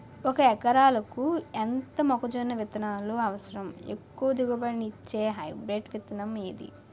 ఒక ఎకరాలకు ఎంత మొక్కజొన్న విత్తనాలు అవసరం? ఎక్కువ దిగుబడి ఇచ్చే హైబ్రిడ్ విత్తనం ఏది?